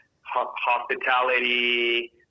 hospitality